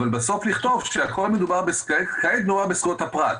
אבל בסוף לכתוב שמדובר בזכויות הפרט.